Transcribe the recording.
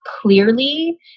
clearly